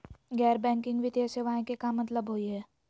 गैर बैंकिंग वित्तीय सेवाएं के का मतलब होई हे?